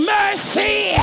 mercy